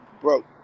bro